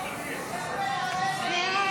נתקבלה.